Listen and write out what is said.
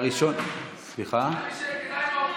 אני ביקשתי מהיו"ר.